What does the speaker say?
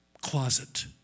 closet